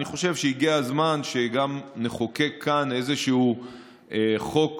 אני חושב שהגיע הזמן שגם נחוקק כאן איזשהו חוק